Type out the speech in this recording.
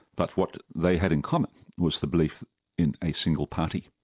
but what they had in common was the belief in a single party,